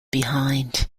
behind